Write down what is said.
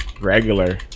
regular